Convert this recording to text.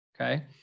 okay